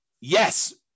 Yes